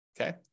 okay